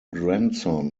grandson